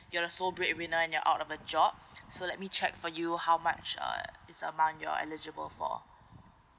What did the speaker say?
you're the sole bread winner and you're out of the job so let me check for you how much uh it's amoount you're eligible for